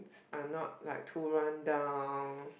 are not like too rundown